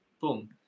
Boom